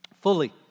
fully